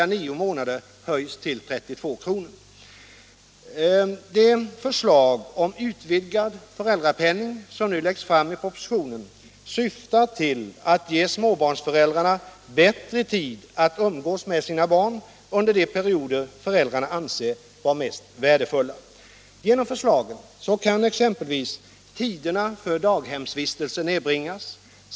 De förslag om utvidgad föräldrapenning som nu läggs fram i propositionen syftar till att ge småbarnsföräldrarna bättre tid att umgås med sina barn under de perioder föräldrarna anser vara mest värdefulla. Genom förslaget kan exempelvis tiderna för daghemsvistelse nedbringas.